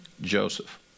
Joseph